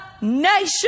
nation